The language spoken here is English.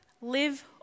live